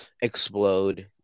explode